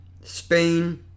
Spain